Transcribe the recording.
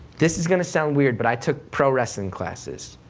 this is going to sound weird but i took pro wrestling classes,